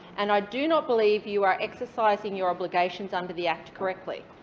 and i do not believe you are exercising your obligations under the act correctly.